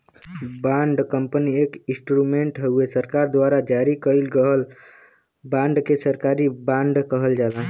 bond company एक instrument हउवे सरकार द्वारा जारी कइल गयल बांड के सरकारी बॉन्ड कहल जाला